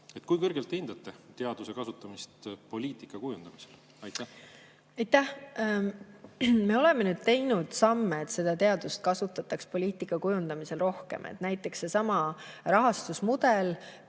Kui kõrgelt te hindate teaduse kasutamist poliitika kujundamisel? Aitäh! Me oleme nüüd teinud samme, et teadust kasutataks poliitika kujundamisel rohkem. Näiteks seesama rahastusmudel,